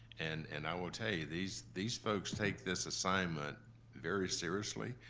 and and i will tell you, these these folks take this assignment very seriously.